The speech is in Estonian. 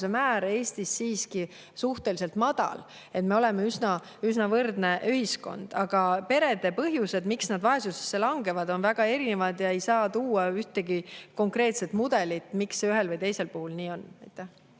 määr Eestis siiski suhteliselt madal, me oleme üsna võrdne ühiskond. Aga perede põhjused, miks nad vaesusse langevad, on väga erinevad. Ei saa tuua ühtegi konkreetset mudelit, miks see ühel või teisel puhul nii on.